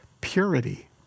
purity